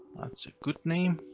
that's a good name.